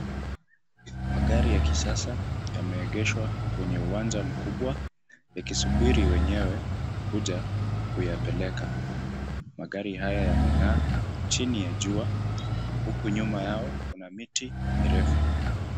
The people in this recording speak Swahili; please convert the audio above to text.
Magari ya kisasa yameegeshwa kwenye uwanja mkubwa, yakisubiri wenyewe kuja kuyapeleka. Magari haya yameng'aa chini ya jua, huku nyuma yao kuna miti mirefu.